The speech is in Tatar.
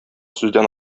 сүздән